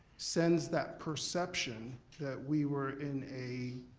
sends that perception that we were in a.